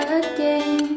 again